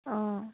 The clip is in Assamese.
অঁ